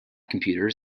computers